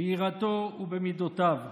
ביראתו ובמידותיו,